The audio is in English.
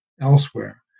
elsewhere